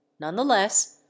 Nonetheless